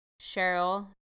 Cheryl